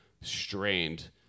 strained